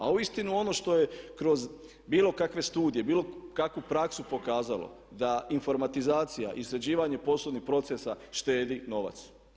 A uistinu ono što je kroz bilo kakve studije, bilo kakvu praksu pokazalo da informatizacija i sređivanje poslovnih procesa štedi novac.